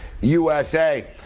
USA